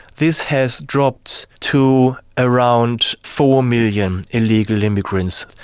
this has dropped to around four million illegal immigrants.